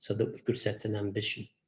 so that could set an ambition.